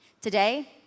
Today